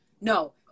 no